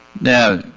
Now